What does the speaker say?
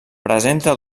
presenta